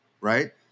right